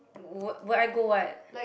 would would I go what